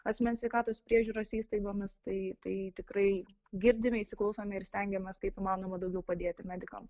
asmens sveikatos priežiūros įstaigomis tai tai tikrai girdime įsiklausome ir stengiamės kaip įmanoma daugiau padėti medikam